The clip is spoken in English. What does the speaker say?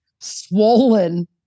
swollen